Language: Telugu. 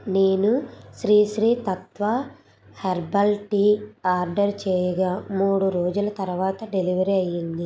నేను Sri Sri Tattva herbal tea order చేయగా మూడు రోజుల తరువాత డెలివరీ అయింది